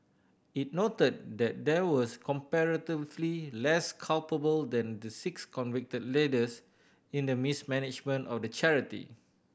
it noted that they was comparatively less culpable than the six convicted leaders in the mismanagement of the charity